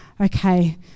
okay